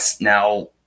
now